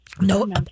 No